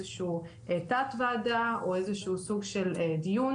תת-ועדה או סוג של דיון,